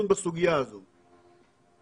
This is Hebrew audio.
תראה, קבר רחל,